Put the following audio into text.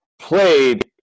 played